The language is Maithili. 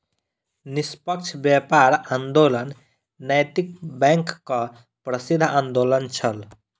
निष्पक्ष व्यापार आंदोलन नैतिक बैंकक प्रसिद्ध आंदोलन छल